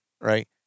right